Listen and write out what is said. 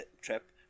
trip